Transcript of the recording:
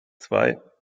zwei